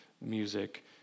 music